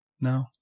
no